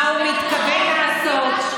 מה הוא מתכוון לעשות.